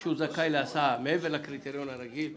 שהוא זכאי להסעה מעבר לקריטריון הרגיל,